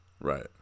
Right